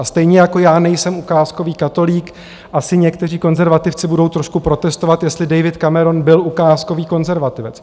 A stejně jako já nejsem ukázkový katolík, asi někteří konzervativci budou trošku protestovat, jestli David Cameron byl ukázkový konzervativec.